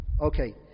Okay